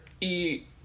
eat